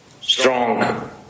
Strong